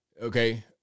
Okay